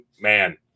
man